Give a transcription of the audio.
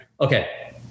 Okay